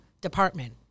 department